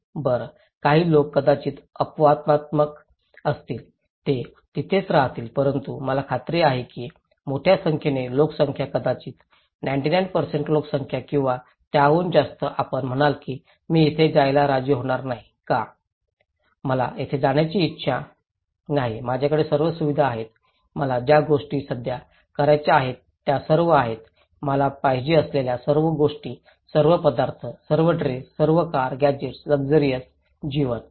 बरं काही लोक कदाचित अपवादात्मक असतील ते तिथेच राहतील परंतु मला खात्री आहे की मोठ्या संख्येने लोकसंख्या कदाचित 99 लोकसंख्या किंवा त्याहूनही जास्त आपण म्हणाल की मी तिथे जायला राजी होणार नाही का मला तेथे जाण्याची इच्छा नाही माझ्याकडे सर्व सुविधा आहेत मला ज्या गोष्टी साध्य करायच्या आहेत त्या सर्व आहेत मला पाहिजे असलेल्या सर्व गोष्टी सर्व पदार्थ सर्व ड्रेस सर्व कार गॅझेट्स लक्झरी जीवन